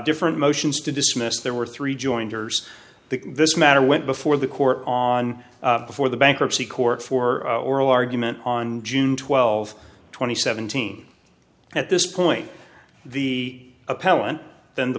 different motions to dismiss there were three jointers the this matter went before the court on before the bankruptcy court for oral argument on june twelve twenty seventeen at this point the appellant then the